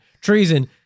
treason